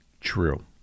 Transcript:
True